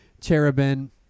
cherubin